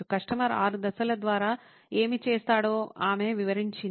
customer ఆరు దశల ద్వారా ఏమి చేస్తాడో ఆమె వివరించింది